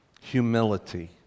humility